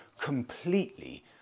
completely